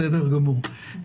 בסדר גמור.